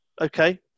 okay